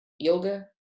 yoga